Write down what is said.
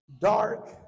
dark